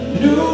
new